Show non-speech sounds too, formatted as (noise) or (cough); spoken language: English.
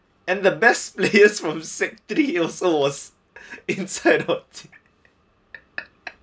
and the best players from sec three also was inside our team (laughs)